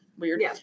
weird